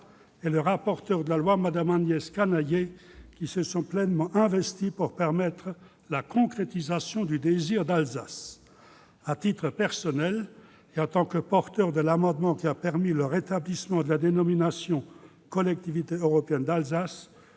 et la rapporteur du projet de loi, Mme Agnès Canayer, qui se sont pleinement investis pour permettre la concrétisation du « désir d'Alsace ». À titre personnel, en tant qu'initiateur de l'amendement qui a permis le rétablissement de la dénomination « Collectivité européenne d'Alsace »,